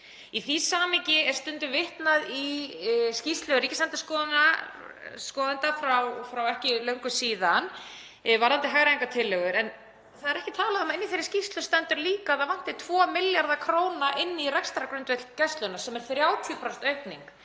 Í því samhengi er stundum vitnað í skýrslu ríkisendurskoðanda frá því fyrir ekki svo löngu síðan varðandi hagræðingartillögur, en það er ekki talað um að í þeirri skýrslu stendur líka að það vanti 2 milljarða kr. inn í rekstrargrundvöll Gæslunnar, sem er 30% aukning